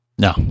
No